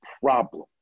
problem